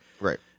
Right